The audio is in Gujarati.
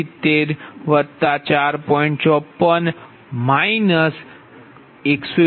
54 188